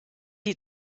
die